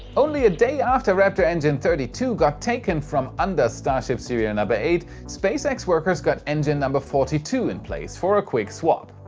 only a day after raptor engine thirty two got taken out from under starship serial number eight, spacex workers got engine number forty two in place for a quick swap.